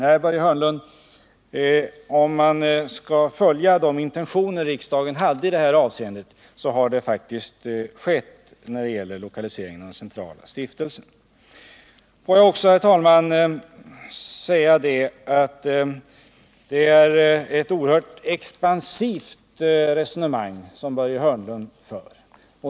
Jag kan alltså konstatera, Börje Hörnlund, att riksdagens intentioner faktiskt har följts när det gäller lokaliseringen av de centrala stiftelserna. Får jag också, herr talman, säga att det är ett oerhört expansivt resonemang som Börje Hörnlund för.